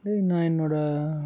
டேய் நான் என்னோடய